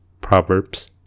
Proverbs